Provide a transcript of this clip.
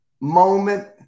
moment